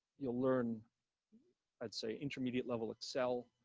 you'll learn i'd say intermediate level excel,